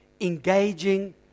engaging